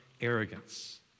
arrogance